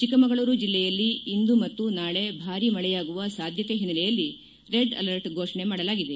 ಚಿಕ್ಕಮಗಳೂರು ಜಿಲ್ಲೆಯಲ್ಲಿ ಇಂದು ಮತ್ತು ನಾಳಿ ಭಾರಿ ಮಳೆಯಾಗುವ ಸಾಧ್ಯತೆ ಹಿನ್ನೆಲೆಯಲ್ಲಿ ರೆಡ್ ಅಲರ್ಟ್ ಘೋಷಣೆ ಮಾಡಲಾಗಿದೆ